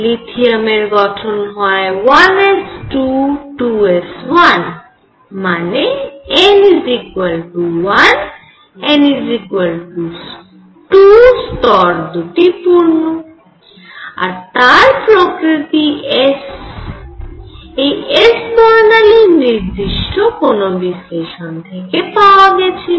lithium এর গঠন হয় 1 s 2 2 s 1 মানে n 1 n 2 স্তর দুটি পূর্ণ আর তার প্রকৃতি s এই s বর্ণালীর নির্দিষ্ট কোন বিশ্লেষণ থেকে পাওয়া গেছিল